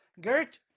Gert